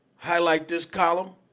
highlight this column.